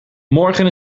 morgen